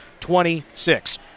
26